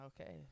Okay